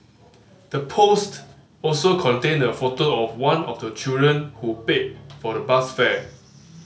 the post also contained a photo of one of the children who paid for the bus fare